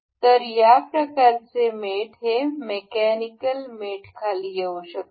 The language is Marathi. तर या प्रकारचे मेट हे मेकॅनिकल मेट खाली येऊ शकतात